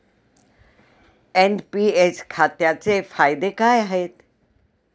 NPS खात्याचे फायदे काय आहेत?